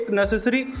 necessary